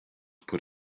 put